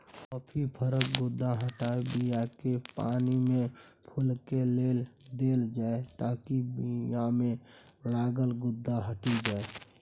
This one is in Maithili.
कॉफी फरक गुद्दा हटाए बीयाकेँ पानिमे फुलए लेल देल जाइ ताकि बीयामे लागल गुद्दा हटि जाइ